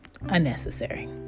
unnecessary